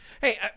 hey